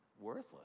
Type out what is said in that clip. worthless